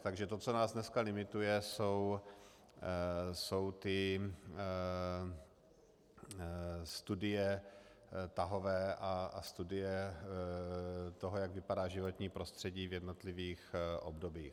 Takže to, co nás dneska limituje, jsou ty studie tahové a studie toho, jak vypadá životní prostředí v jednotlivých obdobích.